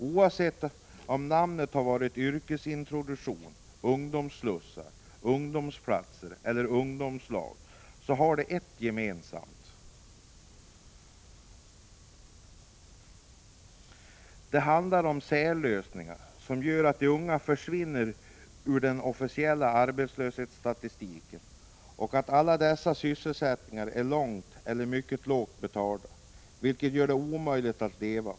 Oavsett om namnet varit yrkesintroduktion, ungdomsslussar, ungdomsplatser eller ungdomslag har de ett gemensamt, nämligen att det handlar om särlösningar som gör att de unga försvinner ur den officiella arbetslöshetsstatistiken och att alla dessa sysselsättningar är lågt eller mycket lågt betalda, vilket gör dem omöjliga att — Prot. 1985/86:108 leva på.